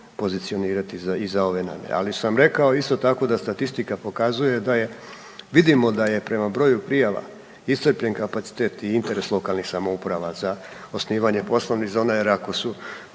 pozicionirati i za ove namjere. Ali sam rekao isto tako da statistika pokazuje da je vidimo da je prema broju prijava iscrpljen kapacitet i interes lokalnih samouprava za osnivanje poslovnih zona jer ako su